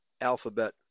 alphabet